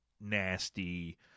nasty